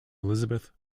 elizabeth